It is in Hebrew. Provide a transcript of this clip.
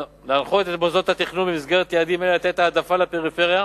להנחות את מוסדות התכנון במסגרת יעדים אלה לתת העדפה לפריפריה